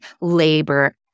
labor